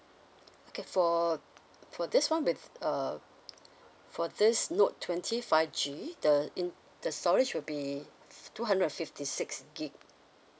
okay for for this one with uh for this note twenty five G the in the storage will be two hundred and fifty six gig